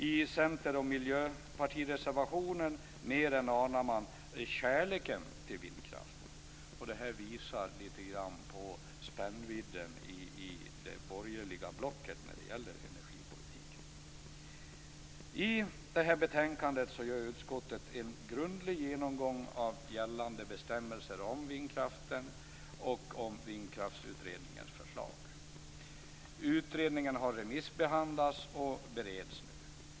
I center och miljöpartireservationerna mer än anar man kärleken till vindkraften. Det visar lite grann på spännvidden i det borgerliga blocket när det gäller energipolitik. I betänkandet gör utskottet en grundlig genomgång av gällande bestämmelser om vindkraften och Vindkraftsutredningens förslag. Utredningen har remissbehandlats och bereds nu.